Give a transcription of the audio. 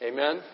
Amen